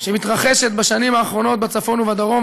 שמתרחשת בשנים האחרונות בצפון ובדרום,